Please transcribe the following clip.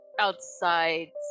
outside